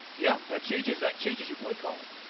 yeah that changes that changes your play calling